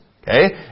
Okay